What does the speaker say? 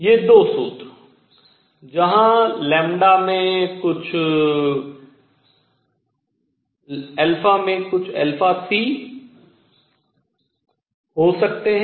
ये दो सूत्र जहां में कुछ αc शामिल हो सकते हैं